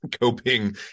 coping